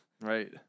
Right